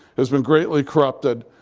has been greatly corrupted.